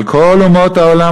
אבל כל אומות העולם,